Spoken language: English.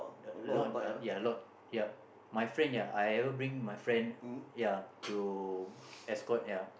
a lot uh ya a lot yup my friend they are I ever bring my friend ya to escort ya